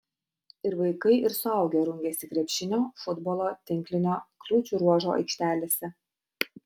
ir vaikai ir suaugę rungėsi krepšinio futbolo tinklinio kliūčių ruožo aikštelėse